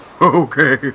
Okay